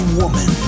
woman